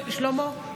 שלמה,